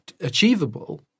achievable